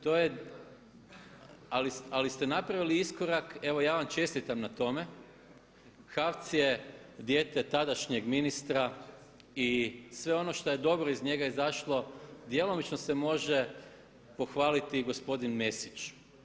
To je, ali ste napravili iskorak, evo ja vam čestitam na tome, HAVC je dijete tadašnjeg ministra i sve ono što je dobro iz njega izašlo djelomično se može pohvaliti i gospodin Mesić.